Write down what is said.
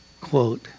quote